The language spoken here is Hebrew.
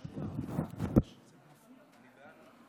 עד שלוש דקות לרשותך, אדוני.